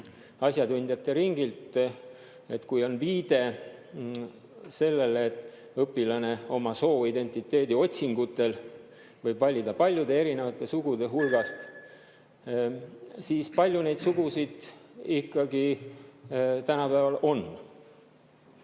asjatundjate ringilt, et kui on viide sellele, et õpilane oma sooidentiteedi otsingutel võib valida paljude erinevate sugude hulgast, siis palju neid sugusid tänapäeval